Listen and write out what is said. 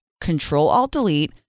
Control-Alt-Delete